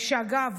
שאגב,